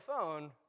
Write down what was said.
phone